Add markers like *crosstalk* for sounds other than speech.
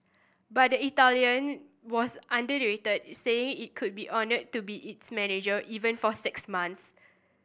but the Italian was *unintelligible* saying he could be honoured to be its manager even for six months